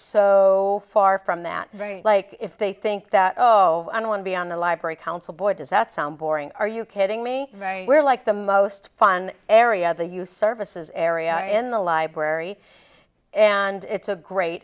so far from that very like if they think that oh i don't want to be on the library council boy does that sound boring are you kidding me we're like the most fun area the youth services area in the library and it's a great